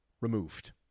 removed